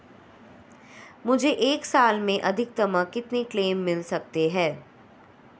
मुझे एक साल में अधिकतम कितने क्लेम मिल सकते हैं?